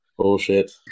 Bullshit